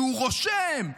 והוא רושם,